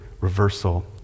reversal